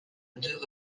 deux